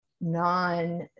non